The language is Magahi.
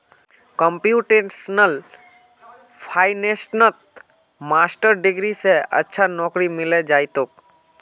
कंप्यूटेशनल फाइनेंसत मास्टर डिग्री स अच्छा नौकरी मिले जइ तोक